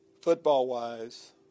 Football-wise